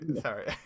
sorry